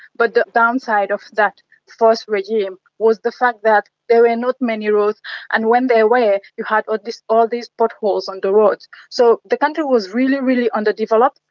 but the downside of that first regime was the fact that there were not many roads and when there were, you had ah all these potholes on the roads. so the country was really, really underdeveloped.